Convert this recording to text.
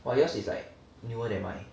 !wah! yours is like newer than mine